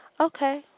okay